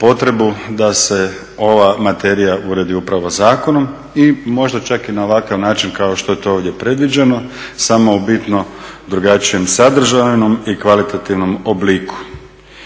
potrebu da se ova materija uredi upravo zakonom i možda čak i na ovakav način kao što je to ovdje predviđeno samo u bitno drugačijem sadržajnom i kvalitativnom obliku.